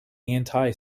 anti